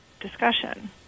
Discussion